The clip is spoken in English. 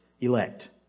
Elect